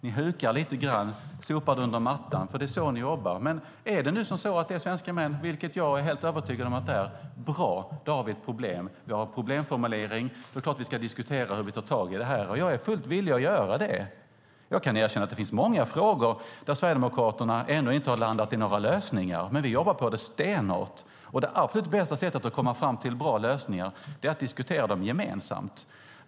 Ni hukar lite grann, sopar det under mattan, för det är så ni jobbar. Men är det nu som så att det är svenska män, vilket jag är helt övertygad om att det är, bra, då har vi ett problem. Vi har en problemformulering. Det är klart att vi ska diskutera hur vi tar tag i det här. Jag är fullt villig att göra det. Jag kan erkänna att det finns många frågor där Sverigedemokraterna ännu inte har landat i några lösningar, men vi jobbar på det stenhårt. Och det absolut bästa sättet att komma fram till bra lösningar är att diskutera dem gemensamt.